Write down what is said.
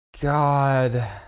God